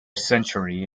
century